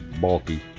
bulky